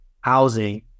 housing